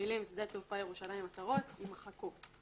המילים "שדה תעופה ירושלים עטרות" יימחקו.